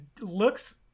looks